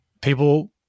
people